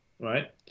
Right